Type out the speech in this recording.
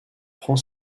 prend